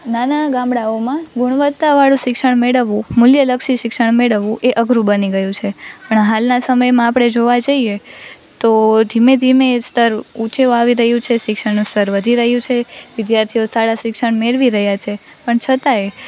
નાના ગામડાઓમાં ગુણવત્તાવાળું શિક્ષણ મેળવવું મૂલ્યલક્ષી શિક્ષણ એ અઘરું બની ગયું છે પણ હાલના સમયમાં આપણે જોવા જઈએ તો ધીમે ધીમે એ સ્તર ઉંચે આવી રહ્યું છે શિક્ષણનું સ્તર વધી રહ્યું છે વિદ્યાર્થીઓ સારા શિક્ષણ મેળવી રહ્યા છે પણ છતાંય